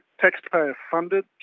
taxpayer-funded